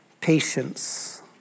patience